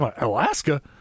Alaska